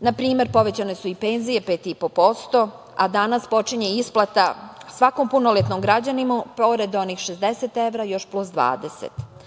Na primer, povećane su i penzije 5,5%, a danas počinje isplata svakom punoletnom građaninu pored onih 60 evra još plus 20